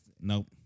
nope